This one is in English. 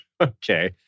Okay